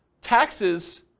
taxes